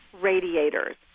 radiators